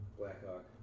Blackhawk